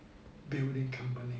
building company